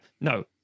no